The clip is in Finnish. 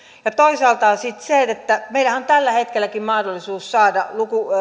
toisaalta sitten meillähän on tällä hetkelläkin mahdollisuus saada